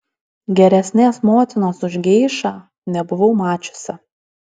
geresnės motinos už geišą nebuvau mačiusi